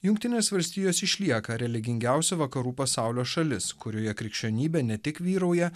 jungtinės valstijos išlieka religingiausia vakarų pasaulio šalis kurioje krikščionybė ne tik vyrauja